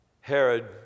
Herod